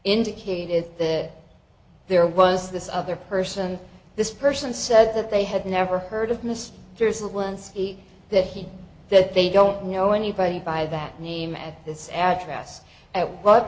indicated that there was this other person this person said that they had never heard of mr there's no one ski that he that they don't know anybody by that name at this address at what